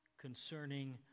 concerning